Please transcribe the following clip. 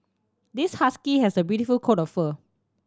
this husky has a beautiful coat of fur